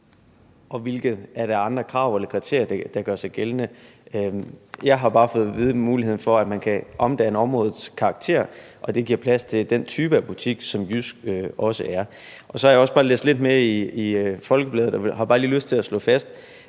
krav eller kriterier, der gør sig gældende. Jeg har bare fået at vide, at der er mulighed for, at man kan omdanne områdets karakter, og at det giver plads til den type af butik, som JYSK også er. Så har jeg også læst lidt med i Folkebladet og har bare lige lyst til at slå fast,